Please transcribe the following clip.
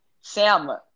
Sam